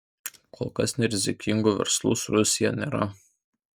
kol kas nerizikingų verslų su rusija nėra